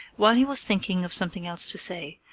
while he was thinking of something else to say,